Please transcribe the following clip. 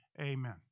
Amen